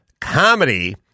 comedy